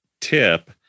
tip